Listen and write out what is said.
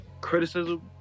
criticism